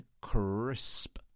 crisp